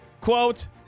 Quote